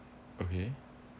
okay